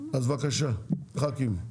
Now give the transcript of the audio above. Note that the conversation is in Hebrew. אז בבקשה, ח"כים.